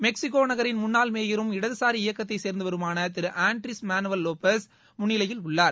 Mexico நகரின் முன்னாள் மேயரும் இடதுசாரி இயக்கத்தைச் சேர்ந்தவருமான திரு ஆண்ட்ரிஸ் மேனுவல் லோப்பஸ் முன்னிலையில் உள்ளார்